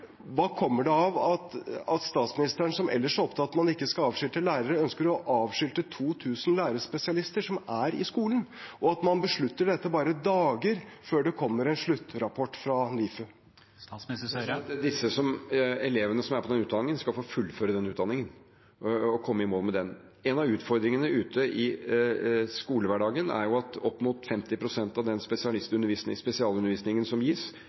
Hva kommer det av at statsministeren, som ellers er opptatt av at man ikke skal avskilte lærere, ønsker å avskilte 2 000 lærerspesialister som er i skolen, og at man beslutter dette bare dager før det kommer en sluttrapport fra NIFU? De elevene som er på den utdanningen, skal få fullføre den utdanningen og komme i mål med den. En av utfordringene ute i skolehverdagen er at opp mot 50 pst. av den spesialundervisningen som gis,